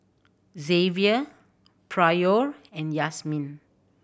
Zavier Pryor and Yazmin